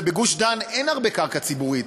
בגוש-דן אין הרבה קרקע ציבורית,